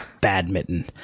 Badminton